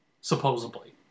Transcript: Supposedly